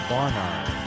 Barnard